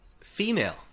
Female